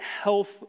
health